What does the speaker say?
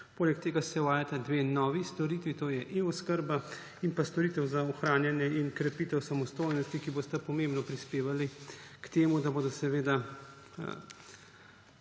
Poleg tega se uvajata dve novi storitvi, to je e-oskrba ter storitev za ohranjanje in krepitev samostojnosti, ki bosta pomembno prispevali k temu, da bodo tisti,